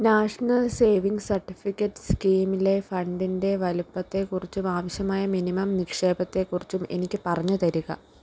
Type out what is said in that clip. national savings certificate സ്കീമിലെ ഫണ്ടിൻ്റെ വലിപ്പത്തെക്കുറിച്ചും ആവശ്യമായ മിനിമം നിക്ഷേപത്തെ കുറിച്ചും എനിക്ക് പറഞ്ഞ് തരിക